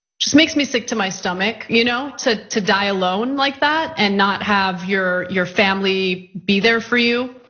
just makes me sick to my stomach, you know to to die alone like that and not have your your family be there for you.